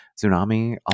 tsunami